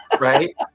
right